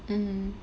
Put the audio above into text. mm